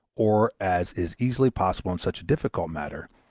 or, as is easily possible in such a difficult matter,